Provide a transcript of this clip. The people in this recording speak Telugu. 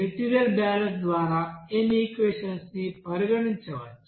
మెటీరియల్ బ్యాలెన్స్ ద్వారా n ఈక్వెషన్స్ ని పరిగణించవచ్చు